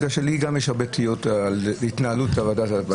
מפני שלי גם יש הרבה תהיות על התנהלות ועדת הבט"פ.